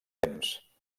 temps